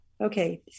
Okay